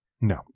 No